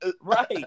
Right